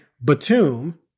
Batum